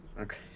Okay